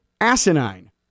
asinine